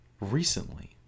recently